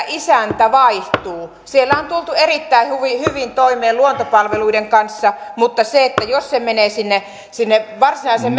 isäntä vaihtuu siellä on tultu erittäin hyvin toimeen luontopalveluiden kanssa mutta jos se menee sinne sinne varsinaisen